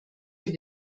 für